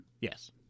Yes